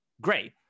great